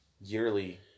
yearly